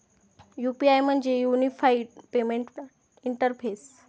UPI म्हणजे unified payment interface